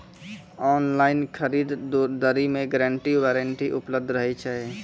Online खरीद दरी मे गारंटी वारंटी उपलब्ध रहे छै?